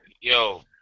Yo